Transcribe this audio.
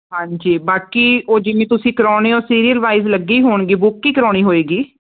ਹਾਂਜੀ ਬਾਕੀ ਉਹ ਜਿਵੇਂ ਤੁਸੀਂ ਕਰਾਉਦੇ ਹੋ ਸੀਰੀਅਲ ਵਾਈਜ਼ ਲੱਗੀ ਹੋਣਗੇ ਬੁੱਕ ਹੀ ਕਰਾਉਣੀ ਹੋਏਗੀ